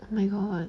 my god